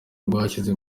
rwashyize